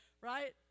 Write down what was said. right